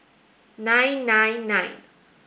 nine nine nine